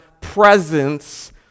presence